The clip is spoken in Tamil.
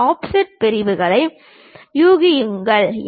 அந்த ஆஃப்செட் பிரிவுகளை யூகிக்கவும்